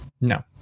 No